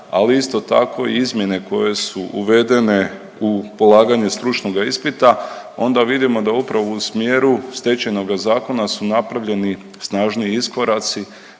ali isto tako i izmjene koje su uvedene u polaganje stručnoga ispita, onda vidimo da upravo u smjeru Stečajnoga zakona su napravljeni snažni iskoraci